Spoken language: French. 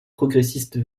progressiste